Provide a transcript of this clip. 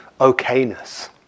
okayness